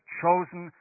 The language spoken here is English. chosen